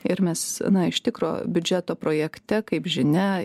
ir mes na iš tikro biudžeto projekte kaip žinia